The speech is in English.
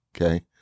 Okay